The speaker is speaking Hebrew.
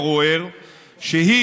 מאחר שצווי